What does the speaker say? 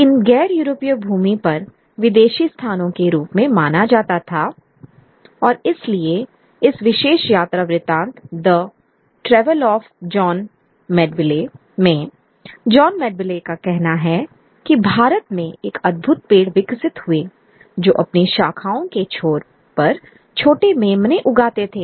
इन गैर यूरोपीय भूमि को विदेशी स्थानों के रूप में माना जाता था और इसलिए इस विशेष यात्रा वृतांत द ट्रैवलशऑफ जॉन मैंडविले में जॉन मैंडविले का कहना है कि भारत में एक अद्भुत पेड़ विकसित हुए जो अपनी शाखाओं के छोर पर छोटे मेमने उगIते थे